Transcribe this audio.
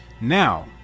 Now